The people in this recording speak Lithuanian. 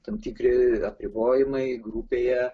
tam tikri apribojimai grupėje